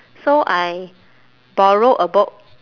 so I borrowed a book